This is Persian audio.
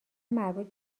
مربوط